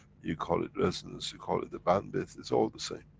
you call it resonance, you call it a bandwidth, it's all the same.